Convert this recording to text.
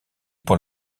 pour